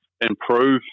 improve